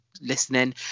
listening